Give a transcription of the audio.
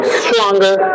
stronger